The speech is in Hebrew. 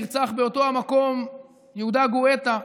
נרצח באותו המקום יהודה גואטה,